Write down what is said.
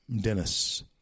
Dennis